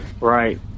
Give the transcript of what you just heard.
Right